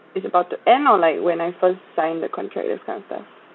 is about to end or like when I first sign the contract this kind of stuff